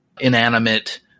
inanimate